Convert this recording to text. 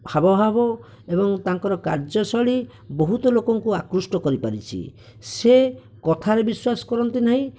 ହାବଭାବ ଏବଂ ତାଙ୍କର କାର୍ଯ୍ୟଶୈଳୀ ବହୁତ ଲୋକଙ୍କୁ ଆକୃଷ୍ଟ କରିପାରିଛି ସେ କଥାରେ ବିଶ୍ଵାସ କରନ୍ତି ନାହିଁ